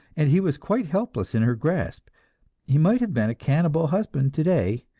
and he was quite helpless in her grasp he might have been a cannibal husband today,